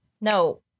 No